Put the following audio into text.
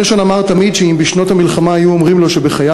הוא תמיד אמר שאם בשנות המלחמה היו אומרים